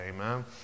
Amen